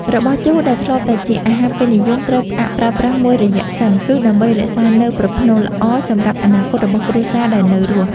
របស់ជូរដែលធ្លាប់តែជាអាហារពេញនិយមត្រូវផ្អាកប្រើប្រាស់មួយរយៈសិន គឺដើម្បីរក្សានូវប្រផ្នូលល្អសម្រាប់អនាគតរបស់គ្រួសារដែលនៅរស់។